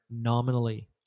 nominally